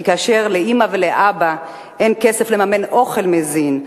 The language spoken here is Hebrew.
כי כאשר לאמא ואבא אין כסף לממן אוכל מזין,